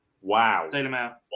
Wow